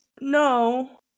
no